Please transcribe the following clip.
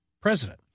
president